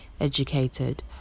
educated